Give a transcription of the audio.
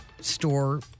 store